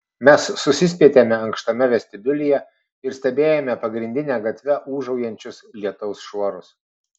mes susispietėme ankštame vestibiulyje ir stebėjome pagrindine gatve ūžaujančius lietaus šuorus